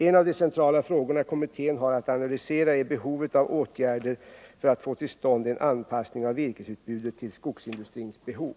En av de centrala frågor kommittén har att analysera är behovet av åtgärder för att få till stånd en anpassning av virkesutbudet till skogsindustrins behov.